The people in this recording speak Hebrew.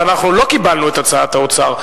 ולא קיבלנו את הצעת האוצר.